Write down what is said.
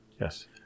yes